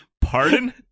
Pardon